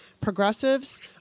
progressives